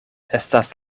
estas